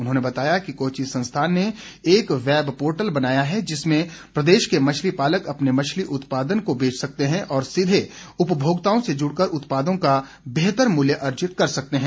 उन्होंने बताया कि कोची संस्थान ने एक वैब पोर्टल बनाया है जिसमें प्रदेश के मछली पालक अपने मछली उत्पादन को बेच सकते हैं और सीधे उपभोक्ताओं से जुड़ कर उत्पादों का बेहतर मूल्य अर्जित कर सकते हैं